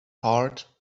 heart